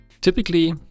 Typically